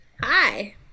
Hi